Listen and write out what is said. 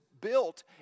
built